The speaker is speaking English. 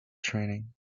training